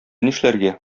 нишләргә